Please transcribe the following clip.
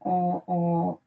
o o